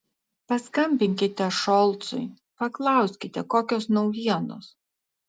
paskambinkite šolcui paklauskite kokios naujienos